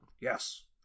yes